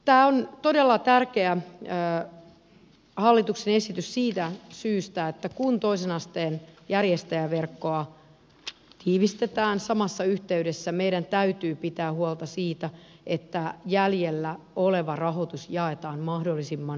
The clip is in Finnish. tämä on todella tärkeä hallituksen esitys siitä syystä että kun toisen asteen järjestäjäverkkoa tiivistetään samassa yhteydessä meidän täytyy pitää huolta siitä että jäljellä oleva rahoitus jaetaan mahdollisimman järkevällä tavalla